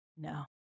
no